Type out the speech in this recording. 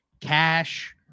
cash